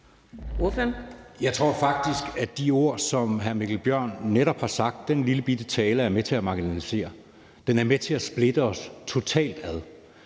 Jeg tror faktisk, at de ord, som hr. Mikkel Bjørn netop har sagt, altså den lillebitte tale, er med til at marginalisere. Den er med til at splitte os totalt ad,